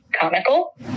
comical